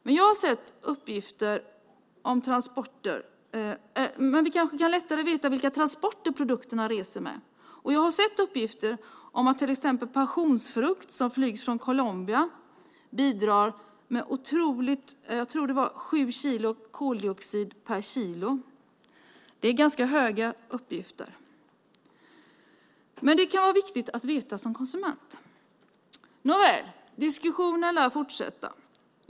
Men vi kanske lättare kan veta vilka transportslag som används för produkterna. Jag har sett uppgiften att till exempel passionsfrukt som flygs från Colombia bidrar med otroligt mycket koldioxid. Jag tror att det var 7 kilo koldioxid per kilo. Det är ganska höga siffror. Men det kan vara viktigt att veta som konsument. Nåväl, diskussionen lär fortsätta.